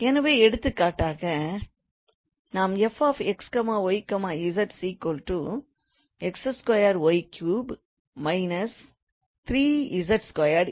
எனவே எடுத்துக்காட்டாக நாம் 𝑓𝑥 𝑦 𝑧 𝑥2𝑦3 − 3𝑧2